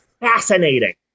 fascinating